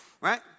right